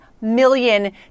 million